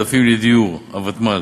לדיור, הוותמ"ל,